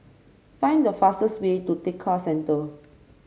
find the fastest way to Tekka Centre